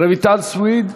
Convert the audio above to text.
רויטל סויד?